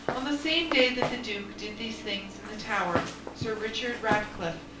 on the same day that the duke did these things in the tower sir richard ratcliffe,